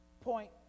Point